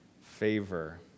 favor